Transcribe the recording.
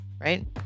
Right